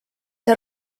see